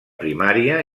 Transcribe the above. primària